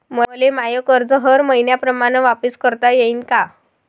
मले माय कर्ज हर मईन्याप्रमाणं वापिस करता येईन का?